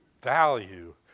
value